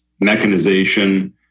mechanization